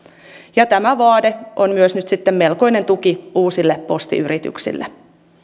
ja tämä vaade on myös nyt sitten melkoinen tuki uusille postiyrityksille